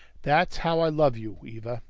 that's how i love you, eva,